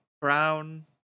Brown